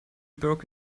broke